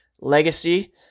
legacy